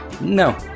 no